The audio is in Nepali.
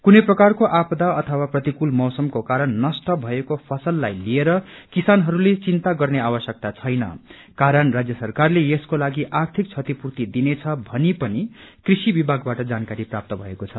क्रुनै प्रकारको आपदा अथवा प्रतिकूल मौसमको कारण नष्ट भएको फसललाई लिएर किसानहस्ले चिन्ता गर्ने अवश्यक्ता छैन कारण राज्य सरकारले यसकोलागि आर्थिक क्षतिपूर्ति दिनेछ भनी पनि कृषि विभागबाट जानकारी प्राप्त भएको छ